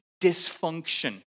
dysfunction